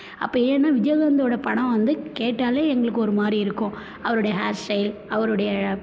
அப்போ ஏன்னா விஜயகாந்தோட படம் வந்து கேட்டால் எங்களுக்கு ஒரு மாதிரி இருக்கும் அவருடைய ஹேர் ஸ்டைல் அவருடைய